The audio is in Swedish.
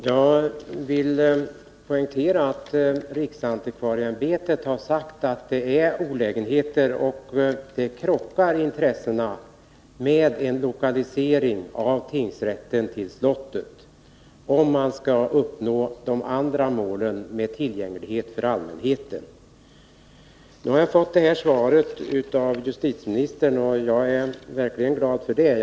Herr talman! Jag vill poängtera att riksantikvarieämbetet har uttalat att en lokalisering av tingsrätten till slottet skulle medföra olägenheter med tanke på intresset av att bereda tillgänglighet för allmänheten i lokalerna. Jag är verkligen glad över det svar som jag har fått från justitieministern.